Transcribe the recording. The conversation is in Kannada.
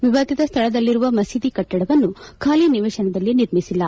ವಿವಾದಿತ ಸ್ವಳದಲ್ಲಿರುವ ಮಸೀದಿ ಕಟ್ಟಡವನ್ನು ಖಾಲಿ ನಿವೇಶನದಲ್ಲಿ ನಿರ್ಮಿಸಿಲ್ಲ